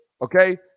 okay